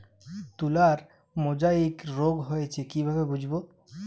তুলার মোজাইক রোগ হয়েছে কিভাবে বুঝবো?